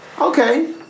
Okay